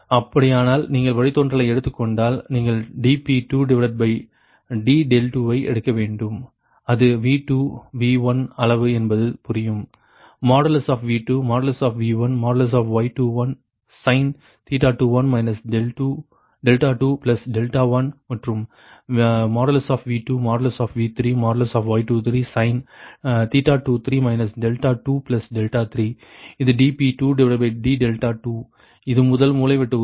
dp2d2V2V1Y21sin 21 21V2V3Y23sin 23 23 dp2d3 V3V2Y32sin 32 32 dp3d3V3V1Y31sin 31 31V3V2Y23sin 32 32 dp3d2 V3V2Y32sin 32 32 dQ2dV2 V1Y21sin 21 21 2V2Y23sin 22 V3Y23sin 23 23 dQ2dV3 V2Y23sin 23 23 அப்படியானால் நீங்கள் வழித்தோன்றலை எடுத்துக் கொண்டால் நீங்கள் dp2d2 ஐ எடுக்க வேண்டும் அது V2 V1 அளவு என்பது புரியும் V2V1Y21sin 21 21 மற்றும் V2V3Y23sin 23 23 இது dp2d2 இது முதல் மூலைவிட்ட உறுப்புகள்